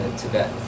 Tibet